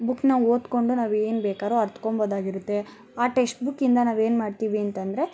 ಬುಕ್ಕನ್ನ ಓದಿಕೊಂಡು ನಾವು ಏನ್ಬೇಕಾದ್ರು ಅರ್ತ್ಕೊಂಬೊದಾಗಿರುತ್ತೆ ಆ ಟೆಕ್ಸ್ಟ್ ಬುಕ್ಕಿಂದ ನಾವು ಏನ್ಮಾಡ್ತೀವಿ ಅಂತಂದರೆ